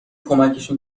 کمکشون